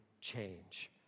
change